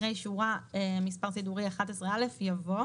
אחרי שורה מס"ד (11א) יבוא: